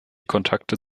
kontakte